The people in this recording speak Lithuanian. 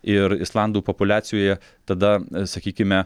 ir islandų populiacijoje tada sakykime